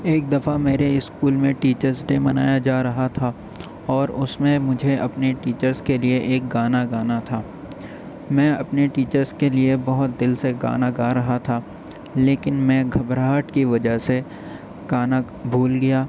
ایک دفعہ میرے اسکول میں ٹیچرس ڈے منایا جا رہا تھا اور اس میں مجھے اپنے ٹیچرس کے لیے ایک گانا گانا تھا میں اپنے ٹیچرس کے لیے بہت دل سے گانا گا رہا تھا لیکن میں گھبراہٹ کی وجہ سے گانا بھول گیا